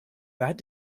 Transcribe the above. that